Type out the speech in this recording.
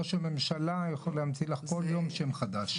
ראש הממשלה יכול להמציא לך כל יום שם חדש.